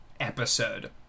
episode